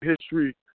history